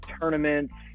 tournaments